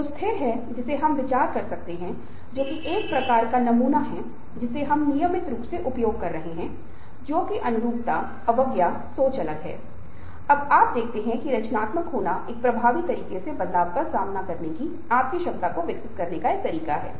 इसी तरह McClelland एक और आवश्यकता सिद्धांत है जो तीन प्रकार की जरूरतों के बारे में बात करता है जैसे उपलब्धि की आवश्यकता जो अतीत की तुलना में कुछ बेहतर करने की इच्छा का उल्लेख करती है और संबद्धता की आवश्यकता होती है संबंध स्थापित करने की इच्छा और शक्ति की आवश्यकता है जो इच्छा है दूसरों पर प्रभाव डालने के लिए व्यक्ति की ओर से क्षमता के बारेमे बताता है